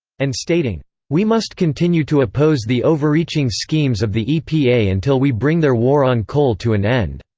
and stating we must continue to oppose the overreaching schemes of the epa until we bring their war on coal to an end.